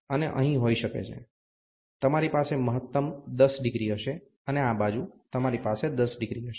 અને અહીં હોઈ શકે છે તમારી પાસે મહત્તમ 10 ડિગ્રી હશે અને આ બાજુ તમારી પાસે 10 ડિગ્રી હશે